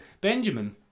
Benjamin